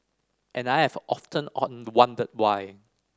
and I have often wondered why